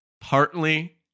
partly